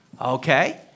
okay